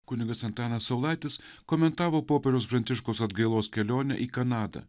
kunigas antanas saulaitis komentavo popiežiaus pranciškaus atgailos kelionę į kanadą